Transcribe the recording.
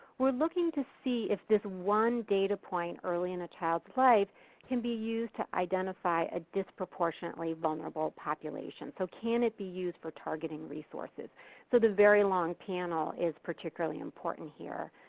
were looking to see if this one data point early in a childs life can be used to identify a disproportionately vulnerable population. so can it be used for targeting resources? so the very long panel is particularly important here.